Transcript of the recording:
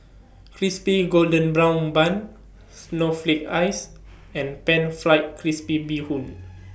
Crispy Golden Brown Bun Snowflake Ice and Pan Fried Crispy Bee Hoon